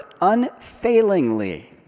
unfailingly